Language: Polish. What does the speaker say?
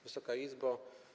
Wysoka Izbo!